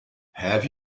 have